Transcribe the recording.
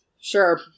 Sure